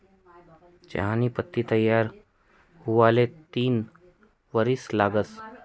चहानी पत्ती तयार हुवाले तीन वरीस लागतंस